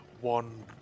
One